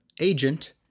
agent